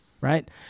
right